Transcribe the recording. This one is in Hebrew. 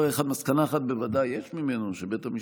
מסקנה אחת בוודאי יש ממנו: שבית המשפט,